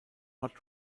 hot